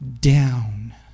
down